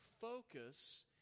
focus